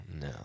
No